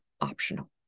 optional